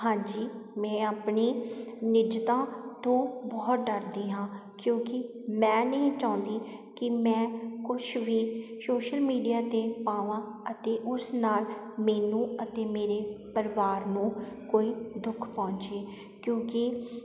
ਹਾਂਜੀ ਮੈਂ ਆਪਣੀ ਨਿੱਜਤਾ ਤੋਂ ਬਹੁਤ ਡਰਦੀ ਹਾਂ ਕਿਉਂਕਿ ਮੈਂ ਨਹੀਂ ਚਾਹੁੰਦੀ ਕਿ ਮੈਂ ਕੁਛ ਵੀ ਸੋਸ਼ਲ ਮੀਡੀਆ 'ਤੇ ਪਾਵਾਂ ਅਤੇ ਉਸ ਨਾਲ ਮੈਨੂੰ ਅਤੇ ਮੇਰੇ ਪਰਿਵਾਰ ਨੂੰ ਕੋਈ ਦੁੱਖ ਪਹੁੰਚੇ ਕਿਉਂਕਿ